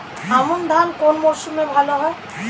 আমন ধান কোন মরশুমে ভাল হয়?